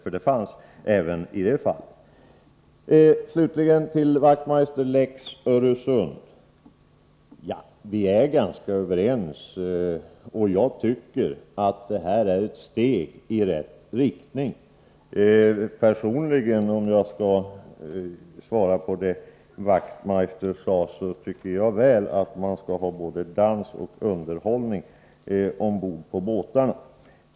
Sedan till vad Knut Wachtmeister sade om lex Öresund. Vi är ganska överens. Jag tycker att det här är ett steg i rätt riktning. Om jag skall svara Knut Wachtmeister, vill jag säga att jag personligen tycker att man skall ha både dans och underhållning ombord på båtarna.